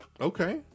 Okay